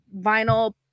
vinyl